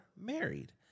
married